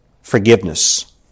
forgiveness